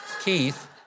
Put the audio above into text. Keith